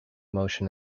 commotion